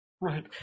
Right